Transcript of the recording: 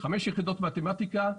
חמש יחידות מתמטיקה,